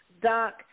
Doc